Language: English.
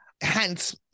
Hence